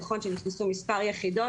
נכון שנכנסו מספר יחידות